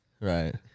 Right